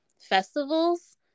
festivals